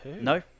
No